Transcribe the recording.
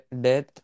death